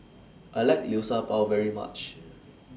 I like Liu Sha Bao very much